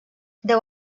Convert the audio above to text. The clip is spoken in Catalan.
deu